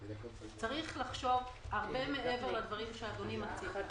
צריך לחשוב הרבה מעבר לדברים שאדוני מציג.